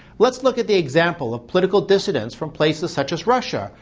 let's look at the example of political dissidents from places such as russia,